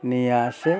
নিয়ে আসে